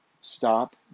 Stop